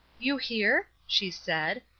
you here? she said,